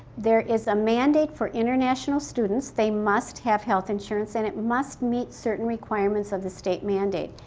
there is a mandate for international students. they must have health insurance and it must meet certain requirements of the state mandate.